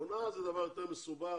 הונאה זה דבר יותר מסובך